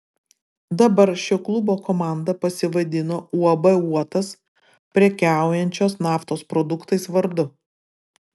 dabar šio klubo komanda pasivadino uab uotas prekiaujančios naftos produktais vardu